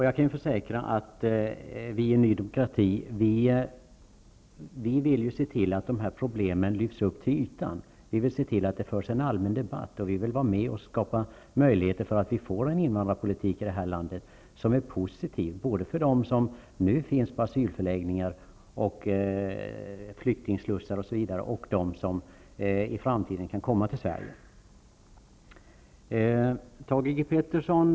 Jag kan försäkra att vi i Ny Demokrati vill se till att de här problemen lyfts upp till ytan, vi vill se till att det förs en allmän debatt, och vi vill vara med och skapa möjligheter för att här i landet få till stånd en invandrarpolitik som är positiv både för dem som nu bor på asylförläggningar, flyktingslussar, osv., och för dem som kan komma till Sverige i framtiden.